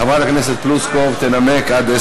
חברת הכנסת טלי פלוסקוב תנמק.